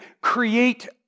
create